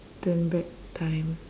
turn back time